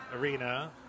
arena